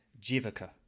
Jivaka